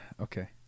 okay